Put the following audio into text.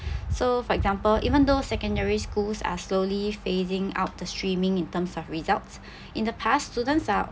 so for example even though secondary schools are slowly phasing out the streaming in terms of results in the past students are